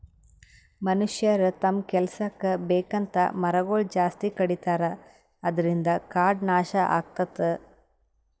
ಮನಷ್ಯರ್ ತಮ್ಮ್ ಕೆಲಸಕ್ಕ್ ಬೇಕಂತ್ ಮರಗೊಳ್ ಜಾಸ್ತಿ ಕಡಿತಾರ ಅದ್ರಿನ್ದ್ ಕಾಡ್ ನಾಶ್ ಆಗ್ಲತದ್